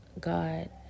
God